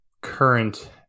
current